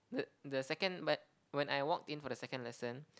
the the second w~ when I walked in for the second lesson